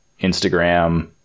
Instagram